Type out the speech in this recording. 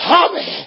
Tommy